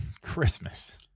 Christmas